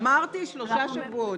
אמרתי: שלושה שבועות.